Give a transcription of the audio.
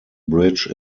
bridge